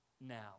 now